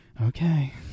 okay